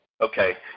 okay